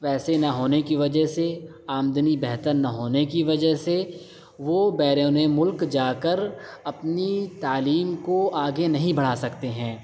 پیسے نہ ہونے کی وجہ سے آمدنی بہتر نہ ہونے کی وجہ سے وہ بیرونی ملک جا کر اپنی تعلیم کو آگے نہیں بڑھا سکتے ہیں